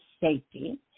safety